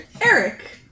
Eric